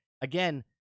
Again